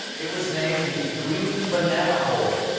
it was named the green banana hole.